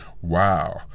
wow